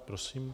Prosím.